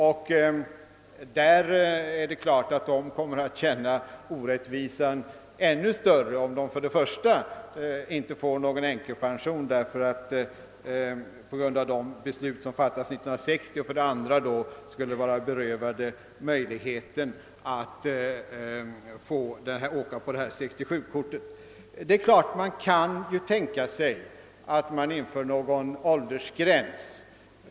Denna kategori kommer naturligtvis att känna av orättvisan i sin situation ännu mera, om någon änkepension inte betalas ut på grund av beslut som fattats år 1960 och om tillfälle inte heller ges att använda 67-kortet. Man kan naturligtvis tänka sig att införa en åldersgräns.